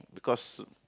because